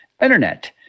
internet